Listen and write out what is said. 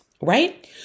right